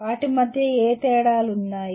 వాటి మధ్య ఏ తేడాలు ఉన్నాయి